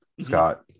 scott